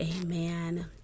amen